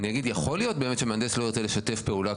אני אגיד שבאמת יכול להיות שמהנדס לא ירתה לשתף פעולה,